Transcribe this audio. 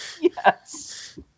Yes